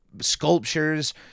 Sculptures